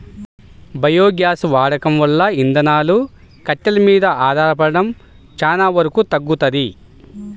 biogas వాడకం వల్ల ఇంధనాలు, కట్టెలు మీద ఆధారపడటం చానా వరకు తగ్గుతది